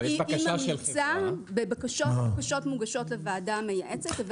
לא, היא ממליצה בבקשות שמוגשות לוועדה המייעצת.